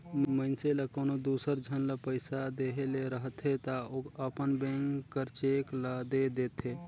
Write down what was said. मइनसे ल कोनो दूसर झन ल पइसा देहे ले रहथे ता ओ अपन बेंक कर चेक ल दे देथे